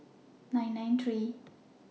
nine nine three